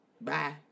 Bye